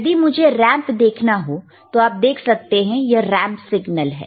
यदि मुझे रैंप देखना हो तो आप देख सकते हैं यह रैंप सिग्नल है